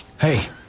Hey